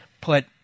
put